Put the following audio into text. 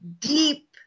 deep